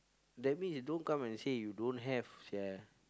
that means you don't come and say you don't have sia